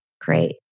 Great